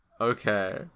Okay